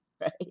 right